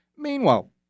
Meanwhile